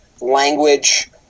language